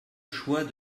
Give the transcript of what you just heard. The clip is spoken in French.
choix